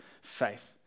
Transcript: faith